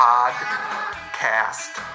Podcast